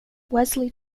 wesley